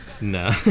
No